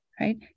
right